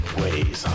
ways